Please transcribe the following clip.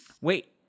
Wait